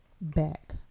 back